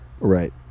Right